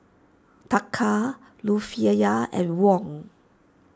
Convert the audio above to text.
Taka Rufiyaa and Won